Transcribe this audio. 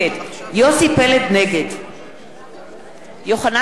נגד יוחנן פלסנר,